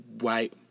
white